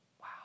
Wow